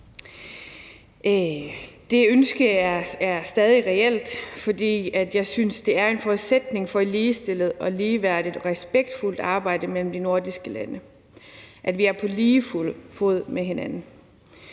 Det ønske er stadig reelt, for jeg synes, det er en forudsætning for et ligestillet, ligeværdigt og respektfuldt arbejde mellem de nordiske lande, at vi er på lige fod med hinanden.